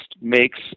makes